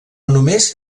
només